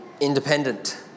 independent